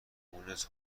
مونس